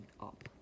up